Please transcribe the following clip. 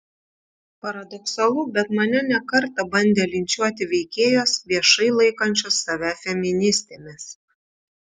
paradoksalu bet mane ne kartą bandė linčiuoti veikėjos viešai laikančios save feministėmis